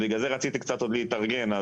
רציתי עוד קצת להתארגן.